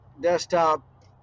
desktop